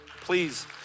Please